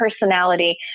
personality